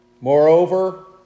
Moreover